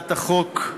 להצעת החוק.